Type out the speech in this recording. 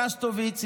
שסטוביץ,